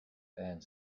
and